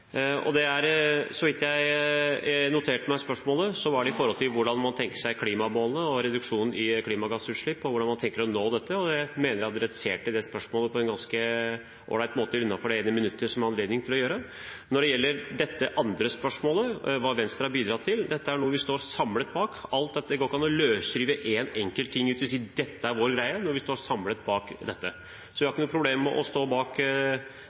president? Raja, vær så god. Så vidt jeg har notert spørsmålet, var det om hvordan man tenker seg å nå klimamålene og reduksjonen i klimagassutslipp. Jeg mener jeg adresserte det spørsmålet på en ganske all right måte innenfor det ene minuttet som jeg hadde anledning til å gjøre det. Når det gjelder det andre spørsmålet, hva Venstre har bidratt til: Alt dette er noe vi står samlet bak. Det går ikke an å løsrive én enkelt ting og si at dette er vår greie, når vi står samlet bak dette. Jeg har ikke noe problem med å stå bak